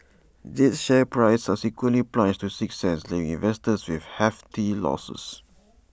jade's share price subsequently plunged to six cents leaving investors with hefty losses